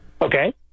Okay